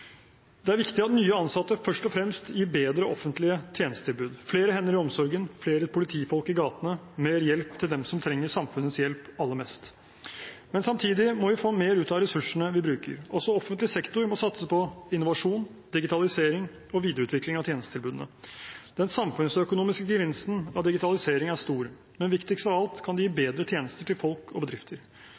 Det er viktig at nye ansatte først og fremst gir bedre offentlige tjenestetilbud – flere hender i omsorgen, flere politifolk i gatene, mer hjelp til dem som trenger samfunnets hjelp aller mest. Men samtidig må vi få mer ut av ressursene vi bruker. Også offentlig sektor må satse på innovasjon, digitalisering og videreutvikling av tjenestetilbudene. Den samfunnsøkonomiske gevinsten av digitalisering er stor, men viktigst av alt er at det kan gi bedre tjenester til folk og bedrifter.